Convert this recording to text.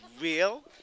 real